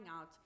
out